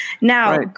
Now